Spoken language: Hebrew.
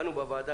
אנו בוועדה,